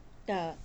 tak